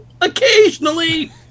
Occasionally